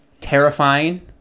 terrifying